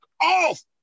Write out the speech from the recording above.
off